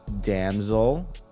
damsel